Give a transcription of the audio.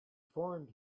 formed